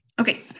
Okay